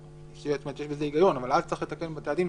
יש בזה היגיון, אבל אז צריך לתקן גם בבתי הדין.